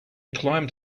climbed